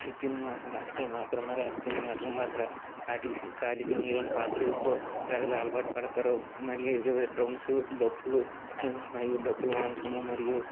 హరిశ్చంద్ర నాటకము హాస్యం మాత్రం మరి హరిశ్చంద్ర నాటకం మాత్రం కాటికి సీను కాటి సీన్ ఇలాంటి పాత్రలకు ప్రజలు అలవాటు పడతారు మరియు వివిధ డ్రమ్స్ డప్పులు మరియు డప్పులు వాయించడం మరియు